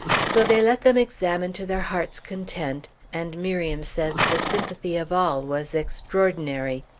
so they let them examine to their hearts' content and miriam says the sympathy of all was extraordinary.